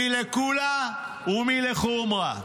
מי לקולא ומי לחומרא,